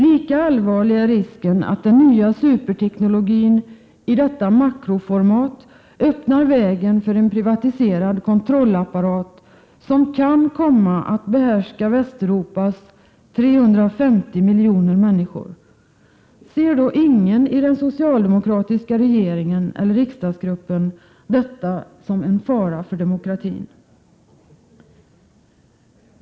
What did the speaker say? Lika allvarlig är risken att den nya superteknologin i makroformat öppnar vägen för en 105 privatiserad kontrollapparat som kan komma att behärska Västeuropas 350 miljoner människor. Ser då ingen i den socialdemokratiska regeringen eller riksdagsgruppen detta som en fara för demokratin?